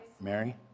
Mary